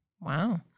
Wow